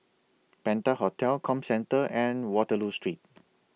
Penta Hotel Comcentre and Waterloo Street